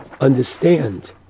understand